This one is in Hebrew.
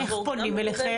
איך פונים אליכם?